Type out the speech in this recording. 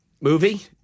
Movie